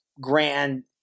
grand